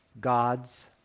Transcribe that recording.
God's